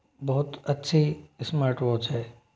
बहुत अच्छी smart watch है